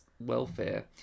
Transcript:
welfare